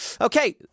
Okay